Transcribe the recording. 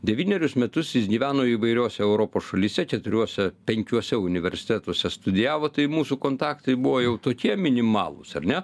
devynerius metus jis gyveno įvairiose europos šalyse keturiuose penkiuose universitetuose studijavo tai mūsų kontaktai buvo jau tokie minimalūs ar ne